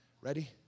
Ready